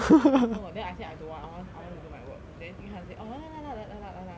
orh then I said I don't want I want I want to do my work then yu han say oh 来来来来啦来啦来啦来啦